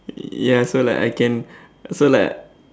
ya so like I can so like